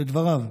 לדבריו,